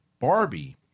Barbie